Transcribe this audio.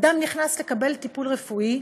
אדם נכנס לקבל טיפול רפואי,